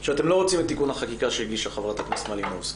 שאתם לא רוצים את תיקון החקיקה שהגישה חברת הכנסת מלינובסקי,